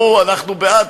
עכשיו,